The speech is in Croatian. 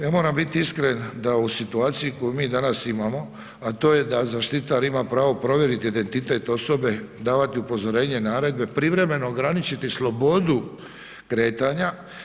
Ja moram biti iskren, da u situaciji koju mi danas imamo, a to je da zaštitar ima pravo provjeriti identitet osobe, davati upozorenje, naredbe, privremeno ograničiti slobodu kretanja.